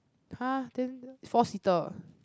!huh! then four seater